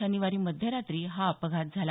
शनिवारी मध्यरात्री हा अपघात झाला